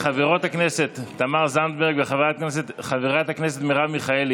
חברת הכנסת תמר זנדברג וחברת הכנסת מרב מיכאלי,